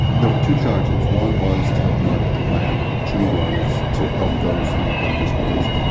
there were two charges. one was to help market the plant. two was to help those who have been displaced, and